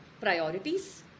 priorities